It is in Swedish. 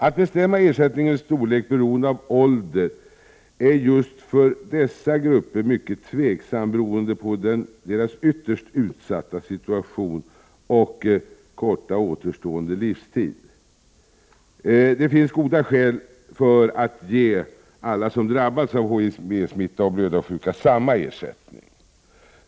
Att bestämma ersättningens storlek med hänsyn till ålder är just beträffande dessa grupper mycket betänkligt beroende på deras ytterst utsatta situation och korta återstående livstid. Det finns goda skäl för att ge alla som drabbats av HIV-smitta och blödarsjuka samma ersättning.